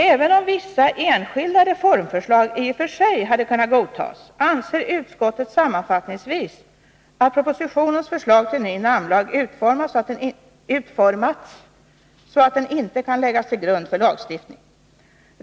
”Även om vissa enskilda reformförslag i och för sig hade kunnat godtas anser utskottet sammanfattningsvis att propositionens förslag till ny namnlag utformats så att det inte kan läggas till grund för lagstiftning.